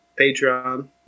Patreon